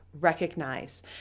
recognize